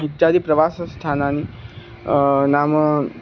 इत्यादीनि प्रवासस्थानानि नाम